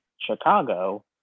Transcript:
Chicago